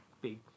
big